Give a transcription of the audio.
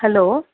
hello